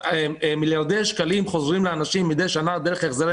שמיליארדי שקלים חוזרים לאנשים מדי שנה דרך החזרי